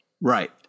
Right